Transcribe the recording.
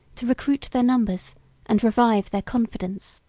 to recruit their numbers and revive their confidence.